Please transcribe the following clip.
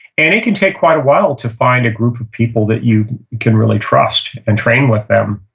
and it can take quite a while to find a group of people that you can really trust and train with them.